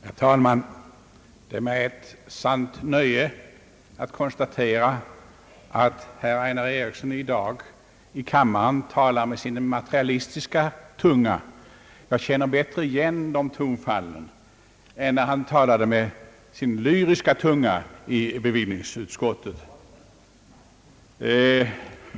Herr talman! Det är mig ett sant nöje att konstatera, att herr Einar Eriksson i dag i kammaren talar med sin materialistiska tunga. Jag känner bättre igen honom med de tonfallen än när han talade med sin lyriska tunga i bevillningsutskottet.